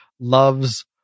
loves